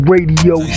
Radio